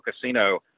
casino